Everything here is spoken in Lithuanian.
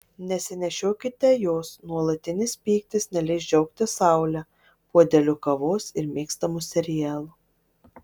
nesinešiokite jos nuolatinis pyktis neleis džiaugtis saule puodeliu kavos ir mėgstamu serialu